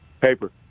Paper